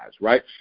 right